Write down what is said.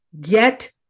get